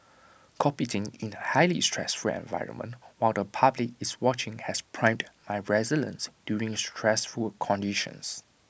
competing in A highly stressful environment while the public is watching has primed my resilience during stressful conditions